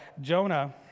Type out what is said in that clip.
Jonah